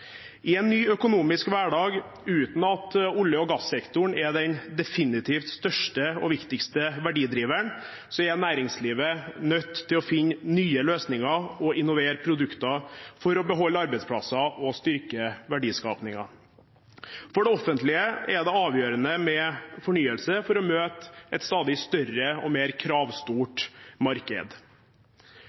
I en ny økonomisk hverdag uten at olje- og gassektoren er den definitivt største verdidriveren, er næringslivet nødt til å finne nye løsninger og innovere produkter for å beholde arbeidsplasser og styrke verdiskapingen. For det offentlige er det avgjørende med fornyelse for å møte et stadig større og mer kravstort marked.